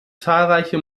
zahlreiche